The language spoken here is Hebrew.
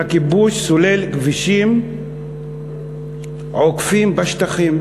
הכיבוש סולל כבישים עוקפים בשטחים.